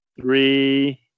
three